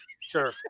Sure